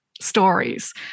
stories